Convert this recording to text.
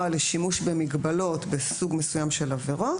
לשימוש במגבלות בסוג מסוים של עבירות